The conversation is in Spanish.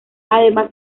además